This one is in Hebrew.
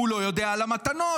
הוא לא יודע על המתנות.